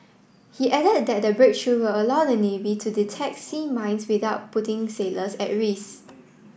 he added that the breakthrough will allow the navy to detect sea mines without putting sailors at risk